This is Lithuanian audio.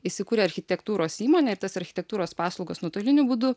įsikurė architektūros įmonę ir tas architektūros paslaugas nuotoliniu būdu